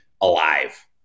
alive